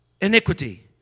iniquity